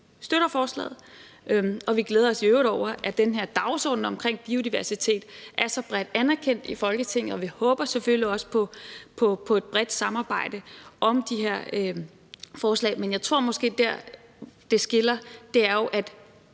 støtter forslaget, og vi glæder os i øvrigt over, at den her dagsorden omkring biodiversitet er så bredt anerkendt i Folketinget, og vi håber selvfølgelig også på et bredt samarbejde om de her forslag. Men jeg tror måske, at der, hvor det skiller, er, at